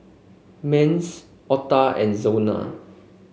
Mace Ota and Zona